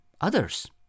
others